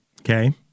Okay